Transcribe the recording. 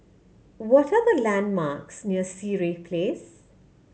what are the landmarks near Sireh Place